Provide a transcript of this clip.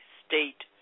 state